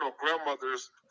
grandmother's